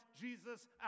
Jesus